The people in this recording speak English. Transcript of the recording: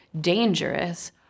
dangerous